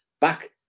back